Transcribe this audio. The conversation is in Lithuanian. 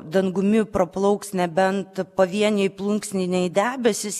dangumi praplauks nebent pavieniai plunksniniai debesys